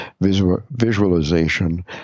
visualization